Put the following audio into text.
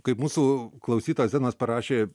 kai mūsų klausytojas zenonas parašė